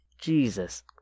Jesus